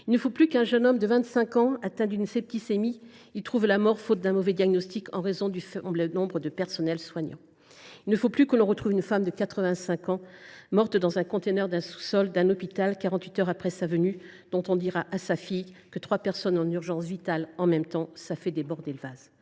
Il ne faut plus qu’un jeune homme de 25 ans atteint d’une septicémie trouve la mort à cause d’un mauvais diagnostic résultant du faible nombre de personnels soignants. Il ne faut plus que l’on retrouve une femme de 85 ans morte dans un conteneur dans le sous sol d’un hôpital quarante huit heures après sa venue, et dont la fille s’entendra dire que trois personnes en urgence vitale en même temps, cela fait déborder le vase…